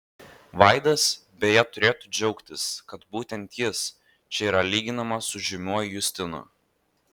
vaidas beje turėtų džiaugtis kad būtent jis čia yra lyginamas su žymiuoju justinu